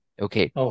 okay